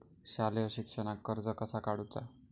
शालेय शिक्षणाक कर्ज कसा काढूचा?